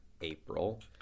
April